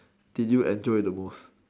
did you enjoy the most